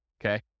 Okay